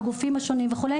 בגופים השונים וכו',